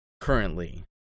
currently